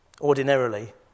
ordinarily